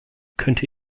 könnte